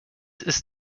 ist